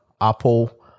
apple